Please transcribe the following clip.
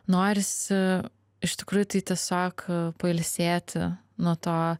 norisi iš tikrųjų tai tiesiog pailsėti nuo to